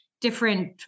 different